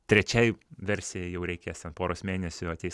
trečiai versija jau reikės ten poros mėnesių ateis